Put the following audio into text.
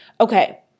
Okay